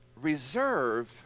reserve